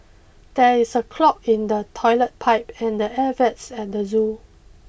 there is a clog in the toilet pipe and the air vents at the zoo